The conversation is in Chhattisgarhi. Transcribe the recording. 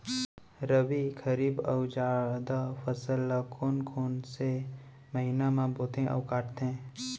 रबि, खरीफ अऊ जादा फसल ल कोन कोन से महीना म बोथे अऊ काटते?